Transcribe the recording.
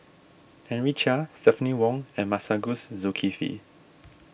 Henry Chia Stephanie Wong and Masagos Zulkifli